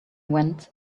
went